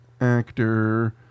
Actor